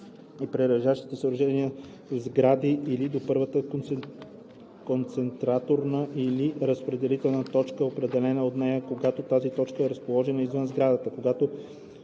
и прилежащите съоръжения в сгради или до първата концентраторна или разпределителна точка, определена от нея, когато тази точка е разположена извън сградата.